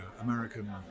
American